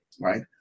right